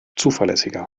zuverlässiger